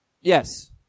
Yes